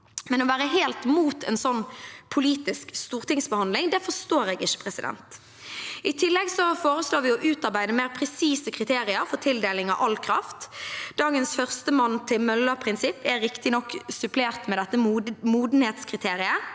men å være helt mot en politisk stortingsbehandling, det forstår jeg ikke. I tillegg foreslår vi å utarbeide mer presise kriterier for tildeling av all kraft. Dagens førstemann-til-møllaprinsipp er riktignok supplert med dette modenhetskriteriet,